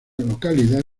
localidad